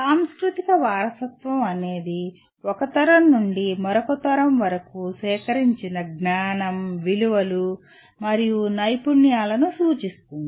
సాంస్కృతిక వారసత్వం అనేది ఒక తరం నుండి మరొక తరం వరకు సేకరించిన జ్ఞానం విలువలు మరియు నైపుణ్యాలను సూచిస్తుంది